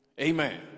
Amen